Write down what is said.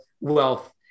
wealth